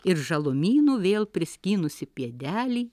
ir žalumynų vėl priskynusi pėdelį